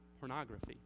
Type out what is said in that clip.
pornography